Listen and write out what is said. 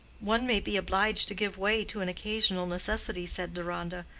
one may be obliged to give way to an occasional necessity, said deronda.